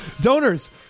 Donors